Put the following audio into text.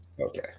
Okay